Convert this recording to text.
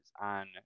on